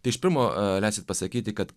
iš pirmo leisit pasakyti kad